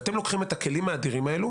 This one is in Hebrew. ואתם לוקחים את הכלים האדירים האלו